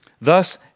Thus